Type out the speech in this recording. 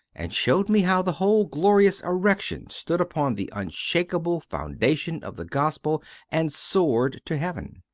and showed me how the whole glorious erection stood upon the unshakeable foundation of the gospel and soared to heaven.